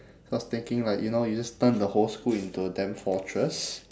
I was thinking like you know you just turn the whole school into a damn fortress